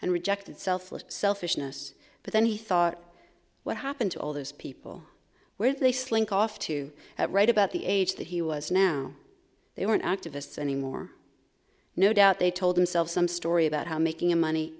and rejected selfless selfishness but then he thought what happened to all those people where they slink off to write about the age that he was now they weren't activists any more no doubt they told himself some story about how making a money